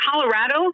Colorado